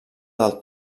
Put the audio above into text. del